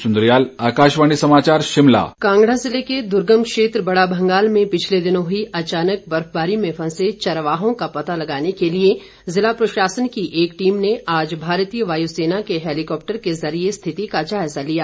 बड़ा भंगाल कांगड़ा जिले के दुर्गम क्षेत्र बड़ा भंगाल पिछले दिनों हुई अचानक बर्फबारी में फंसे चरवाहों का पता लगाने के लिए जिला प्रशासन की एक टीम ने आज भारतीय वाय सेना के हैलीकॉप्टर के जरिए स्थिति का जायजा लिया